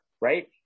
right